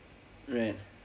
right